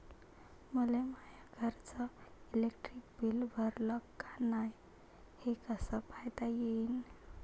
मले माया घरचं इलेक्ट्रिक बिल भरलं का नाय, हे कस पायता येईन?